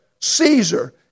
Caesar